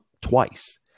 twice